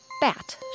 Bat